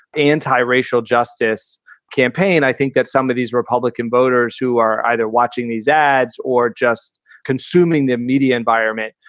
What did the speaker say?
anti racial justice campaign i think that some of these republican voters who are either watching these ads or just consuming the media environment,